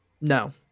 No